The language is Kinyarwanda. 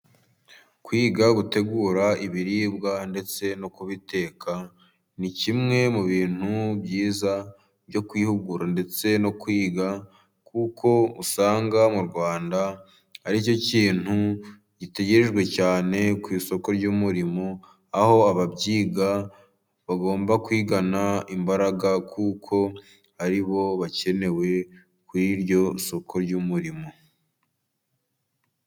Kwiga gutegura ibiribwa ndetse no kubiteka ni kimwe mu bintu byiza byo kwihugura ndetse no kwiga kuko usanga mu Rwanda ari cyo kintu gitegerejwe cyane ku isoko ry'umurimo, aho ababyiga bagomba kwigana imbaraga kuko ari bo bakenewe kuri iryo soko ry'umurimo.